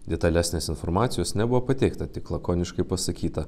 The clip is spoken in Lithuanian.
detalesnės informacijos nebuvo pateikta tik lakoniškai pasakyta